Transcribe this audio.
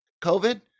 COVID